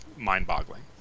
mind-boggling